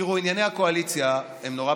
תיראו, ענייני הקואליציה הם מאוד פשוטים.